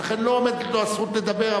ולכן לא עומדת לו הזכות לדבר.